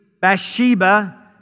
Bathsheba